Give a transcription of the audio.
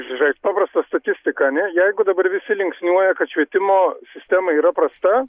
žiūrėt paprastą statistiką jeigu dabar visi linksniuoja kad švietimo sistema yra prasta